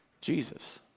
Jesus